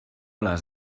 les